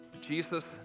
Jesus